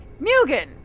Mugen